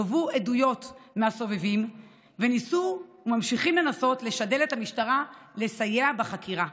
גבו עדויות מהסובבים וניסו וממשיכים לנסות לשדל את המשטרה לסייע בחקירה.